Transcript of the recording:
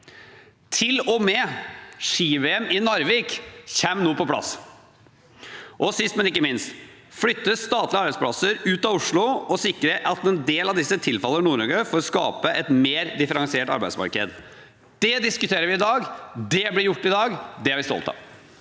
Til og med ski-VM i Narvik kommer nå på plass. Sist, men ikke minst, flytter vi statlige arbeidsplasser ut av Oslo og sikrer at en del av disse tilfaller Nord-Norge, for å skape et mer differensiert arbeidsmarked. Det diskuterer vi i dag. Det blir gjort i dag. Det er vi stolt av.